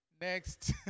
Next